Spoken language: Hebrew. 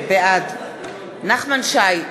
בעד נחמן שי,